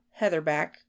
heatherback